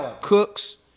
Cooks